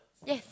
yes